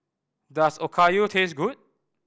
does Okayu taste good